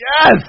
Yes